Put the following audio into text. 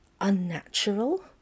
Unnatural